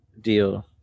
deal